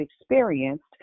experienced